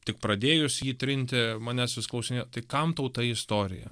tik pradėjus jį trinti manęs vis klausinėjo tai kam tau ta istorija